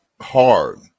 hard